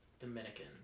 Dominican